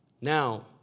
Now